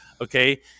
Okay